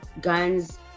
guns